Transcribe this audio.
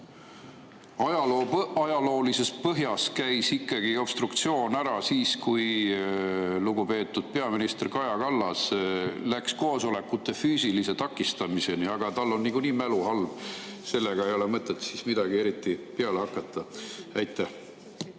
ajaloolises põhjas käis obstruktsioon ära siis, kui lugupeetud peaminister Kaja Kallas läks koosolekute füüsilise takistamiseni. Aga tal on niikuinii mälu halb, sellega ei ole mõtet midagi eriti peale hakata. Aitäh!